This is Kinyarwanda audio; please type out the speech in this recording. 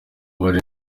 hari